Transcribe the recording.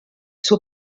suo